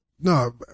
no